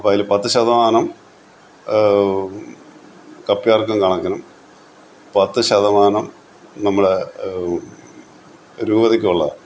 അപ്പോള് അതില് പത്ത് ശതമാനം കപ്യാർക്കും കാണിക്കണം പത്ത് ശതമാനം നമ്മുടെ രൂപതയ്ക്കുള്ളതാണ്